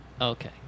Okay